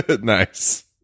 nice